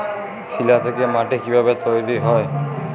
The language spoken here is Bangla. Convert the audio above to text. শিলা থেকে মাটি কিভাবে তৈরী হয়?